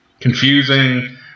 confusing